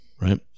right